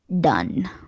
Done